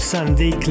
Sunday